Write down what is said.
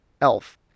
Elf